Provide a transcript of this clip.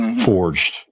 forged